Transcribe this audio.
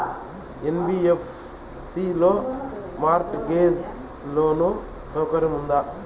NBFC లో mortgage loan సౌకర్యం ఉందా?